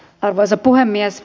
arvoisa puhemies